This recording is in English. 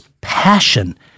passion